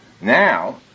Now